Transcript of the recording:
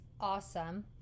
awesome